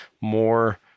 more